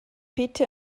bitte